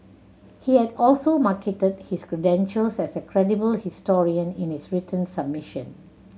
he had also marketed his credentials as a credible historian in his written submission